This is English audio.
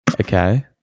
Okay